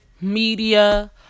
media